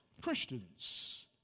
Christians